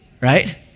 Right